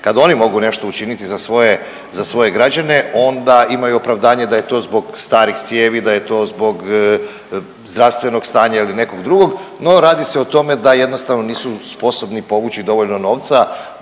kad oni mogu nešto učiniti za svoje građane, onda imaju opravdanje da je to zbog starih cijevi, da je to zbog zdravstvenog stanja ili nekog drugog, no radi se o tome da jednostavno nisu sposobni povući dovoljno novca